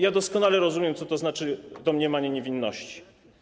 Ja doskonale rozumiem, co to znaczy domniemanie niewinności.